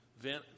vent